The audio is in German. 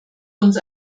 uns